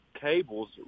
cables